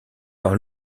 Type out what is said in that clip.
par